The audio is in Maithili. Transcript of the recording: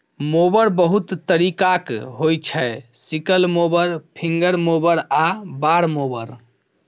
मोबर बहुत तरीकाक होइ छै सिकल मोबर, फिंगर मोबर आ बार मोबर